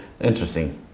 Interesting